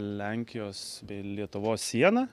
lenkijos bei lietuvos sieną